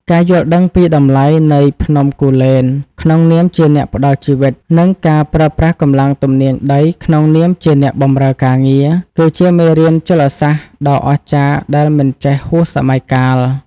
ការយល់ដឹងពីតម្លៃនៃភ្នំគូលែនក្នុងនាមជាអ្នកផ្ដល់ជីវិត និងការប្រើប្រាស់កម្លាំងទំនាញដីក្នុងនាមជាអ្នកបម្រើការងារ គឺជាមេរៀនជលសាស្ត្រដ៏អស្ចារ្យដែលមិនចេះហួសសម័យកាល។